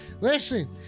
listen